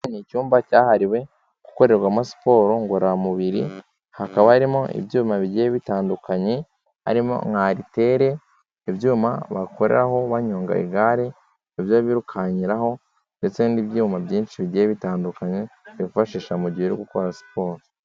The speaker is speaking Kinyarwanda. Ni icyumba cyahariwe gukorerwamo siporo ngororamubiri, hakaba harimo ibyuma bigiye bitandukanye, harimo nka aritere, ibyuma bakoreraho banyonga igare, ibyo birukankiraho ndetse n'ibyuma byinshi bigiye bitandukanye bifashisha mu gihe uri gukora siporo.